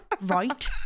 right